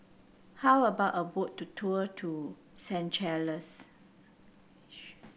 how about a boat to tour to Seychelles